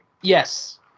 Yes